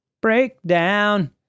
Breakdown